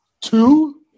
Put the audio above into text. Two